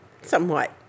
somewhat